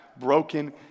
broken